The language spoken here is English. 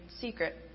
secret